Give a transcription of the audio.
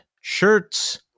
shirts